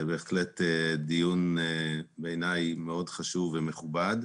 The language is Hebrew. זה בהחלט דיון חשוב מאוד ומכובד,